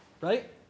Right